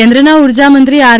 કેન્દ્રના ઊર્જામંત્રી આર